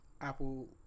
Apple